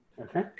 Okay